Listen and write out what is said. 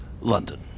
London